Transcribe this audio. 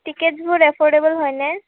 টিকেটচবোৰ affordable হয়নে